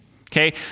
okay